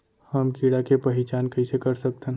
हम कीड़ा के पहिचान कईसे कर सकथन